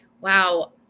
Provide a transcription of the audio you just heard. wow